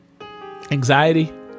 Anxiety